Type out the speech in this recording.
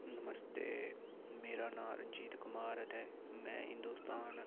नमस्ते मेरा नांऽ रंजीत कुमार ऐ ते में हिंदोस्तान